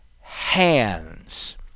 hands